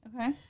Okay